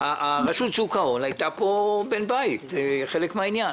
רשות שוק ההון הייתה פה בן בית, זה חלק מן העניין.